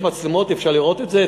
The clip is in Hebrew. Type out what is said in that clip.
יש מצלמות, אפשר לראות את זה.